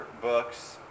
books